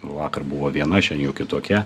vakar buvo viena šian jau kitokia